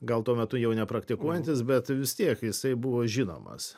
gal tuo metu jau nepraktikuojantis bet vis tiek jisai buvo žinomas